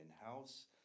in-house